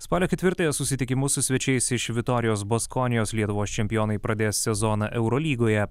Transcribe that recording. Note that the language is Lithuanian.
spalio ketvirtąją susitikimu su svečiais iš vitorijos baskonijos lietuvos čempionai pradės sezoną eurolygoje